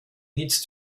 needs